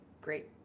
great